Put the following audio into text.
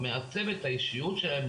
או מעצב את האישיות שלהם,